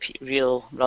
real